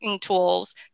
tools